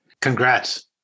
Congrats